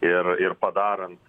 ir ir padarant